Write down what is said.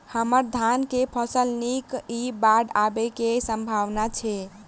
हम्मर धान केँ फसल नीक इ बाढ़ आबै कऽ की सम्भावना छै?